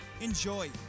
Enjoy